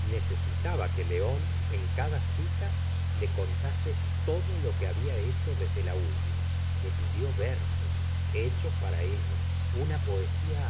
necesitaba que león en cada cita le contase todo lo que habla hecho desde la última le pidió versos hechos para ella una poesía